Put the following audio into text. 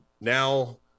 now